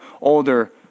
older